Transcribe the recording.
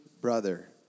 brother